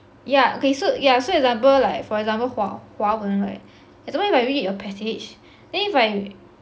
yeah okay so yeah so example like for example 华华文 right example if I read a passage then if I